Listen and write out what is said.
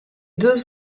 deux